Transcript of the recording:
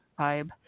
vibe